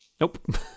Nope